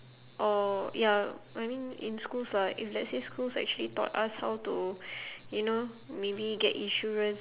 or ya I mean in schools lah if let's say schools actually taught us how to you know maybe get insurance